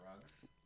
drugs